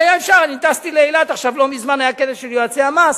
לא מזמן טסתי לאילת, היה כנס של יועצי המס,